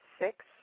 six